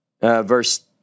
verse